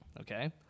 okay